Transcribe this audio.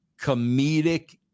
comedic